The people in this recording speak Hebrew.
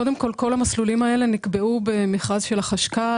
קודם כל, כל המסלולים הללו נקבעו במכרז של החשכ"ל.